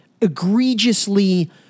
egregiously